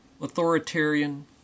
authoritarian